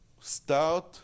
start